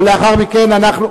ולאחר מכן אנחנו,